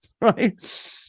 right